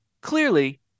clearly